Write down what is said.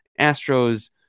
Astros